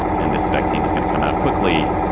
and this vaccine is going to come out quickly.